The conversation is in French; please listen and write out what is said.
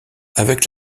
avec